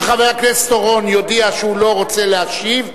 חבר הכנסת אורון יודיע שהוא לא רוצה להשיב,